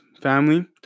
family